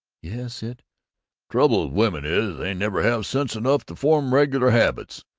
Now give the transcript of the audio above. yes, it trouble with women is, they never have sense enough to form regular habits.